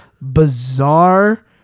bizarre